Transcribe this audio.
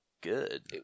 good